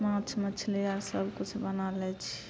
माछ मछली आर सब किछु बना लै छी